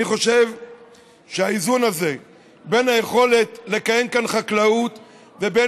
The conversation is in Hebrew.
אני חושב שהאיזון הזה בין היכולת לקיים כאן חקלאות ובין